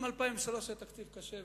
גם ב-2003 היה תקציב קשה,